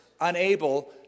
unable